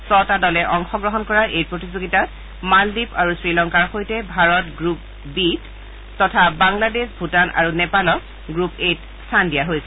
ছটা দলে অংশগ্ৰহণ কৰা এই প্ৰতিযোগিতাত মালদ্বীপ আৰু শ্ৰীলংকাৰ সৈতে ভাৰত গ্ৰুপ বিত তথা বাংলাদেশ ভূটান আৰু নেপালক গ্ৰুপ এত স্থান দিয়া হৈছে